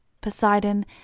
Poseidon